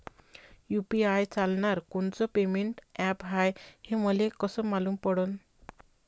UPI चालणारं कोनचं payment app हाय, हे मले कस मालूम पडन?